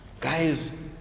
Guys